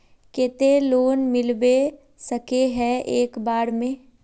केते लोन मिलबे सके है एक बार में?